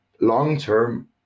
Long-term